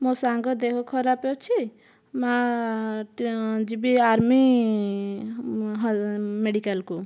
ମୋ ସାଙ୍ଗ ଦେହ ଖରାପ ଅଛି ମା' ଯିବି ଆର୍ମି ମେଡ଼ିକାଲକୁ